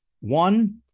one